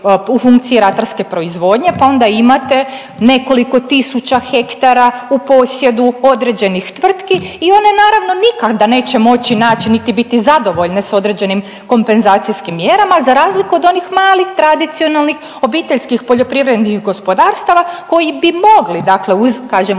u funkciji ratarske proizvodnje pa onda imate nekoliko tisuća hektara u posjedu određenih tvrtki i one naravno nikada neće moći naći niti biti zadovoljne s određenim kompenzacijskim mjerama za razliku od onih malih, tradicionalnih OPG-ova koji bi mogli dakle uz, kažem,